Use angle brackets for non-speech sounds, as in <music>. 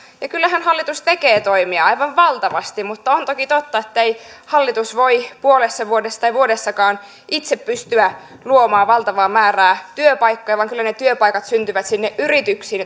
ja ja kyllähän hallitus tekee toimia aivan valtavasti mutta on toki totta että ei hallitus voi puolessa vuodessa tai vuodessakaan itse pystyä luomaan valtavaa määrää työpaikkoja vaan kyllä ne ne työpaikat syntyvät sinne yrityksiin <unintelligible>